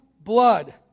blood